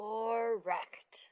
Correct